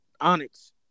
Onyx